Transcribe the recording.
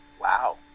Wow